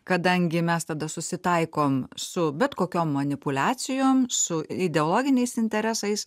kadangi mes tada susitaikom su bet kokiom manipuliacijom su ideologiniais interesais